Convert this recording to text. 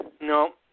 No